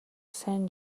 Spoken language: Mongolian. сайн